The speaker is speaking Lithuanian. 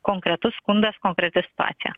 konkretus skundas konkreti situacija